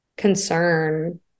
concern